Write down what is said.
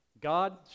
God